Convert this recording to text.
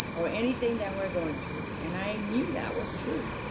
or anything that we're going through. and i knew that was true.